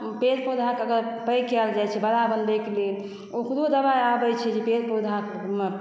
पेड़ पौधा के अगर पैघ कयल जाइ छै बड़ा बनबै के लेल ओकरो दबाइ आबै छै जे पेड़ पौधा मे